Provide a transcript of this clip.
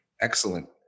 Excellent